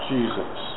Jesus